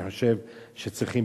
אני חושב שצריכים,